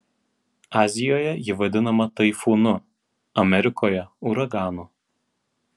azijoje ji vadinama taifūnu amerikoje uraganu